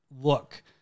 look